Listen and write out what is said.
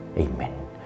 Amen